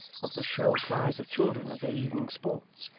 of the shrill cries of children at their evening sports,